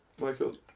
Michael